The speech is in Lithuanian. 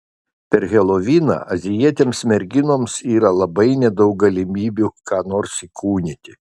per heloviną azijietėms merginoms yra labai nedaug galimybių ką nors įkūnyti